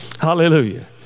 Hallelujah